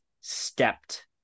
stepped